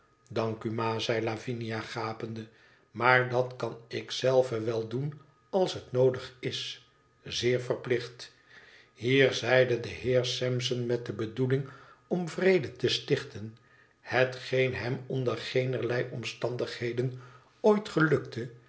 dank u ma zei lavinia gapende maar dat kan ik zelve wel doen als het noodig is zeer verplicht hier zeide de heer sampson met de bedoeling om vrede te stichten hetgeen hem onder geenerlei omstandigheden ooit gelukte